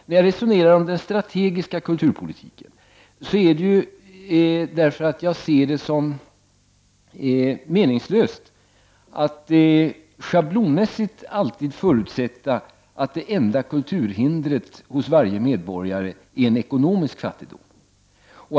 När jag resonerar om den strategiska kulturpolitiken är det därför att jag ser det som meningslöst att schablonmässigt alltid förutsätta att det enda kulturhindret hos varje medborgare är en ekonomisk fattigdom.